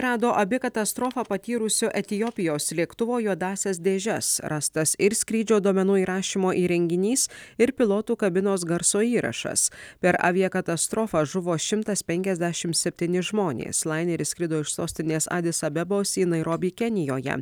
rado abi katastrofą patyrusio etiopijos lėktuvo juodąsias dėžes rastas ir skrydžio duomenų įrašymo įrenginys ir pilotų kabinos garso įrašas per aviakatastrofą žuvo šimtas penkiasdešim septyni žmonės laineris skrido iš sostinės adis abebos į nairobį kenijoje